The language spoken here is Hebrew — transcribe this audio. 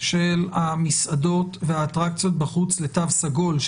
של המסעדות והאטרקציות בחוץ לתו סגול.